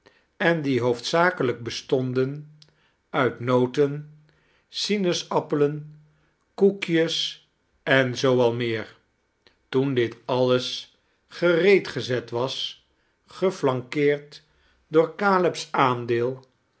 en die hoofdzakelijk bestonden uit nooten sinaasappelen koekjes en zoo al meer toein dit alles gereedgezet was geflankeerd door caleb's aandeel